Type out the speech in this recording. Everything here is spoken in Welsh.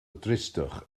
dristwch